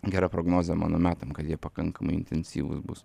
gera prognozė mano metam kad jie pakankamai intensyvūs bus